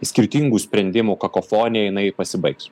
skirtingų sprendimų kakofonija jinai pasibaigs